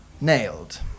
nailed